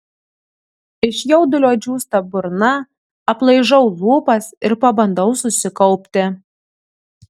iš jaudulio džiūsta burna aplaižau lūpas ir pabandau susikaupti